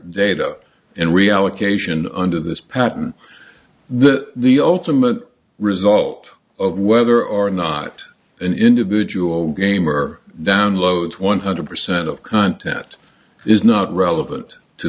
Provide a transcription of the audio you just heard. data and reallocation under this patent the ultimate result of whether or not an individual gamer downloads one hundred percent of content is not relevant to